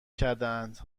کردهاند